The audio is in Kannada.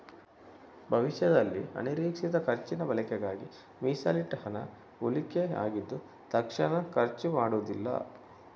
ಭವಿಷ್ಯದಲ್ಲಿ ಅನಿರೀಕ್ಷಿತ ಖರ್ಚಿನ ಬಳಕೆಗಾಗಿ ಮೀಸಲಿಟ್ಟ ಹಣ ಉಳಿಕೆ ಆಗಿದ್ದು ತಕ್ಷಣ ಖರ್ಚು ಮಾಡುದಿಲ್ಲ